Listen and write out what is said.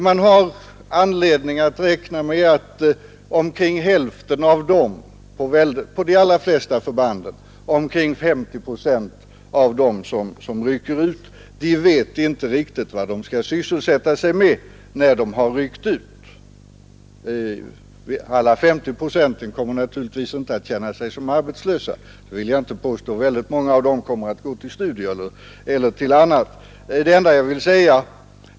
Man har anledning att räkna med att på de allra flesta förbanden omkring hälften inte vet vad man skall sysselsätta sig med efter utryckningen. Jag vill inte påstå att alla dessa kommer att vara arbetslösa — många kommer t.ex. att ägna sig åt studier.